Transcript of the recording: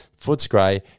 Footscray